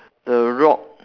the rock